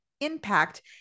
impact